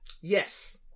Yes